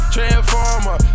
Transformer